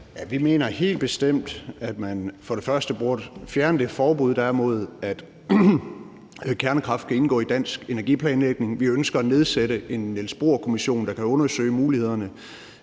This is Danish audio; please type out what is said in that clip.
vi mener helt bestemt, at man for det første burde fjerne det forbud, der er mod, at kernekraft kan indgå i dansk energiplanlægning. Vi ønsker at nedsætte en Niels Bohr-kommission, der kan undersøge mulighederne